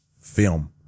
film